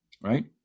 right